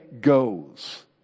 goes